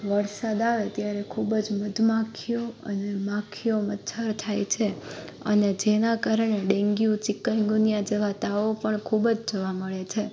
વરસાદ આવે ત્યારે ખૂબ જ મધમાખીઓ અને માખીઓ મચ્છર થાય છે અને જેના કારણે ડેન્ગ્યુ ચીકનગુનીયા જેવા તાવ પણ ખૂબ જ જોવા મળે છે